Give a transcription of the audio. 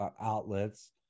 outlets